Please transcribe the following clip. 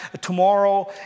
tomorrow